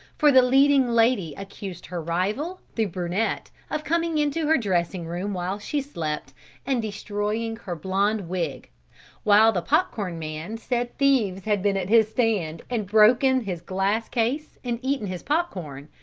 for the leading lady accused her rival, the brunette, of coming into her dressing room while she slept and destroying her blonde wig while the pop-corn man said thieves had been at his stand and broken his glass case and eaten his pop-corn,